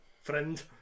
Friend